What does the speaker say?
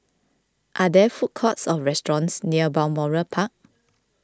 are there food courts or restaurants near Balmoral Park